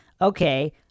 okay